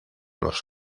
los